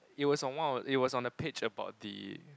it was on one it was on the page about the